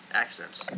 accents